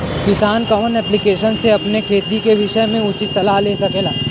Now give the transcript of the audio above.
किसान कवन ऐप्लिकेशन से अपने खेती के विषय मे उचित सलाह ले सकेला?